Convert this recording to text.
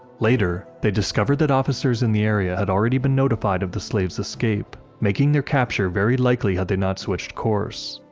later, they discovered that officers in the area had already been notified of the slaves' escape, making their capture very likely had they not switched course.